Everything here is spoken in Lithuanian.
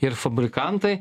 ir fabrikantai